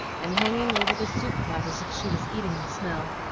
and hanging over the soup-pot as if she was eating the smell.